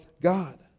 God